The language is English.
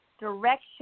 direction